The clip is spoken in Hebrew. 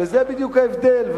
וזה בדיוק ההבדל.